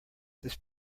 this